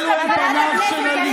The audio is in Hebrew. אז כל עוד אלו הם פניו של הליכוד,